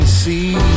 see